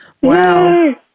Wow